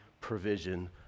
provision